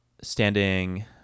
standing